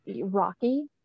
rocky